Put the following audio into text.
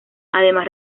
además